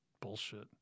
bullshit